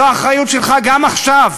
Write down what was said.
זו אחריות שלך גם עכשיו,